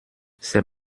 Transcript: c’est